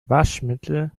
waschmittel